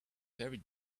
very